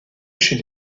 chez